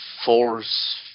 force